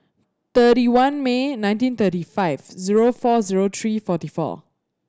thirty one May nineteen thirty five zero four zero three forty four